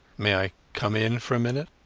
amay i come in for a minute